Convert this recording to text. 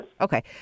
Okay